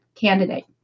candidate